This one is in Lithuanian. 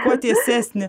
kuo tiesesnį